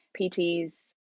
PTs